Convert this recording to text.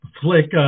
Flick